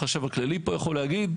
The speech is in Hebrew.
החשב הכללי פה יכול להעיד,